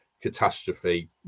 catastrophe